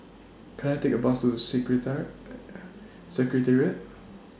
Can I Take A Bus to Secretariat